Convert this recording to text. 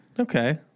Okay